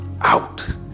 out